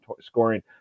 scoring